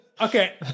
Okay